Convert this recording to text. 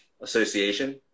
association